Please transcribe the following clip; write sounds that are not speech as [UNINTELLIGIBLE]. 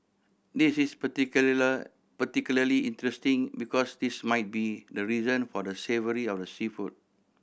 this is [UNINTELLIGIBLE] particularly interesting because this might be the reason for the savoury of the seafood